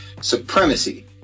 supremacy